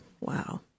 Wow